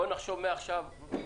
נחשוב מעכשיו.